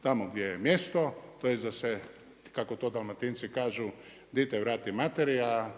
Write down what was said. tamo gdje joj je mjesto, a to je da se kako to Dalmatinci kažu dite vrati materi, a